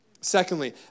Secondly